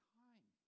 time